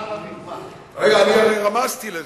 רמזתי לזה.